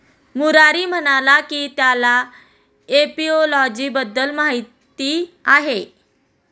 मुरारी म्हणाला की त्याला एपिओलॉजी बद्दल माहीत आहे